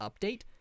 update